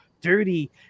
dirty